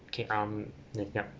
okay um the yup